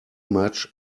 much